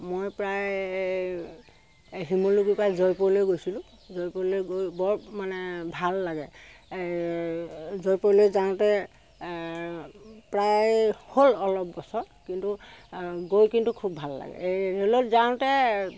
মই প্ৰায় শিমলুগুৰি পৰা জয়পুৰলৈ গৈছিলো জয়পুৰলৈ গৈ বৰ মানে ভাল লাগে জয়পুৰলৈ যাওঁতে প্ৰায় হ'ল অলপ বছৰ কিন্তু গৈ কিন্তু খুব ভাল লাগে এই ৰে'লত যাওঁতে